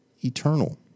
eternal